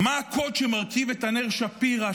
מה הקוד שמרכיב את ענר שפירא,